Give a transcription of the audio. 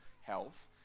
health